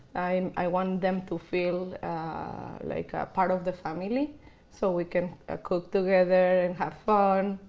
i i want them to feel like ah part of the family so we can ah cook together and have fun.